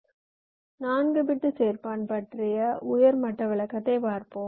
4 bit சேர்ப்பான் பற்றிய உயர் மட்ட விளக்கத்தைப் பார்ப்போம்